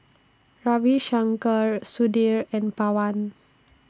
Ravi Shankar Sudhir and Pawan